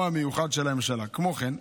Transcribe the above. כמו כן,